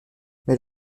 mais